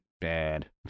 bad